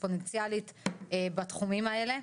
אקספוננציאלית בתחומים האלה,